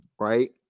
right